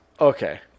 Okay